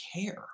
care